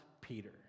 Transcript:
Peter